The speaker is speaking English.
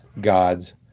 God's